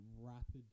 rapid